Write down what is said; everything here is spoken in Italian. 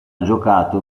giocato